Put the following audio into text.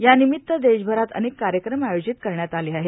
यानिमित्त देशभरात अनेक कार्यक्रम आयोजित करण्यात आले आहेत